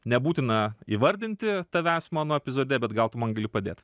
nebūtina įvardinti tavęs mano epizode bet gal tu man gali padėt